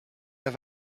have